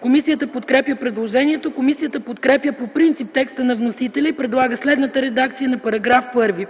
Комисията подкрепя предложението. Комисията подкрепя по принцип текста на вносителя и предлага следната редакция на § 1: